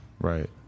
Right